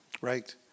Right